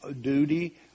duty